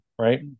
right